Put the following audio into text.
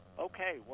Okay